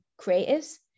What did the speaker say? creatives